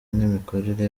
n’imikorere